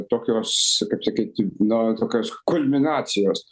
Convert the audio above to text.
tokios kaip sakyt na tokios kulminacijos